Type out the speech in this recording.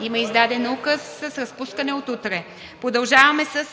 Има издаден Указ с разпускане от утре. Продължаваме с